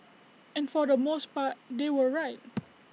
and for the most part they were right